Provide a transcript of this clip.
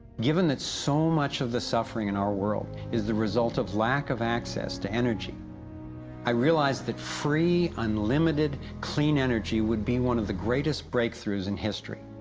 given that so much of the suffering in our world is the result of lack of access to energy i realized that free, unlimited, clean energy would be one of the greatest breakthroughs in history.